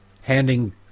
handing